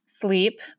sleep